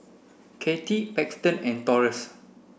Kati Paxton and Taurus